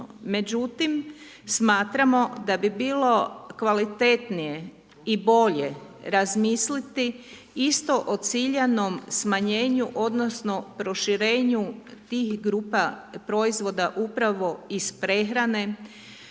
Međutim, smatramo da bi bilo kvalitetnije i bolje razmisliti isto o ciljanom smanjenju, odnosno, proširenju tih grupa proizvoda, upravo iz prehrane,